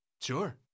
Sure